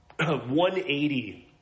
180